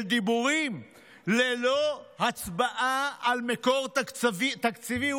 של דיבורים ללא הצבעה על מקור תקציבי,